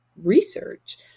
research